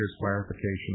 clarification